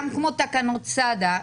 גם כמו תקנות סד"א,